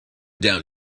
down